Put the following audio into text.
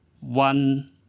one